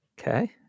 Okay